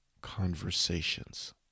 conversations